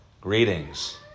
greetings